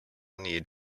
need